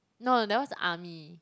no that one is army